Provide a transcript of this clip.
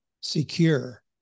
secure